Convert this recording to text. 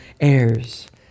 heirs